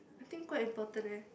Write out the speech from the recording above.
I think quite important eh